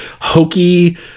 hokey